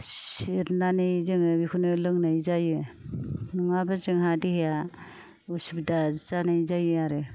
सेरनानै जोङो बिखौनो लोंनाय जायो नङाबा जोंहा देहाया उसुबिदा जानाय जायो आरो